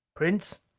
prince?